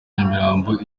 nyamirambo